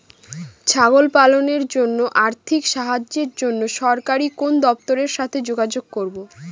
ছাগল পালনের জন্য আর্থিক সাহায্যের জন্য সরকারি কোন দপ্তরের সাথে যোগাযোগ করব?